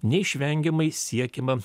neišvengiamai siekiama